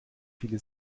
viele